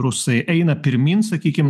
rusai eina pirmyn sakykim